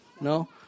no